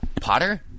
Potter